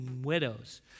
widows